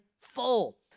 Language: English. full